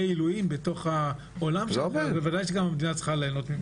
עילויים בתוך העולם הזה אז ודאי שהמדינה צריכה ליהנות מזה.